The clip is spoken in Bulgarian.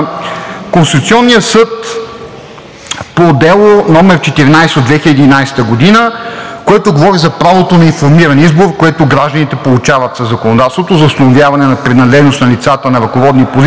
Конституционния съд по дело № 14/2011 г., което говори за правото на информирания избор, което гражданите получават със законодателството за установяване на принадлежност на лицата на ръководни позиции